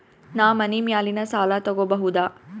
ನಾ ಮನಿ ಮ್ಯಾಲಿನ ಸಾಲ ತಗೋಬಹುದಾ?